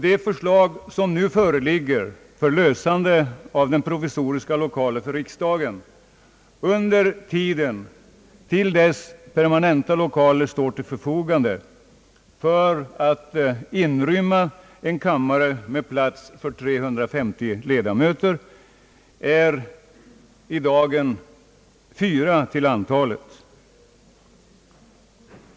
De förslag som föreligger till anordnandet av provisoriska lokaler för riksdagen under tiden till dess permanenta lokaler står till förfogande för att inrymma en kammare med plats för 350 ledamöter är i dag fyra till antalet.